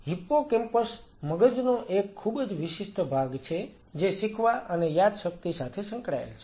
hippocampus મગજનો એક ખૂબ જ વિશિષ્ટ ભાગ છે જે શીખવા અને યાદશક્તિ સાથે સંકળાયેલ છે